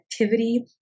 activity